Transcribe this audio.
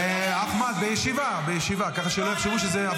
אולי תסבירי לנו